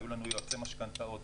היו לנו יועצי משכנתאות,